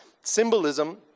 symbolism